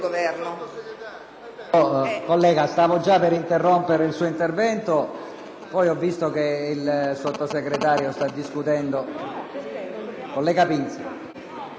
Bastico, stavo per interrompere il suo intervento, poi ho visto che il Sottosegretario sta discutendo con il